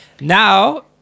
Now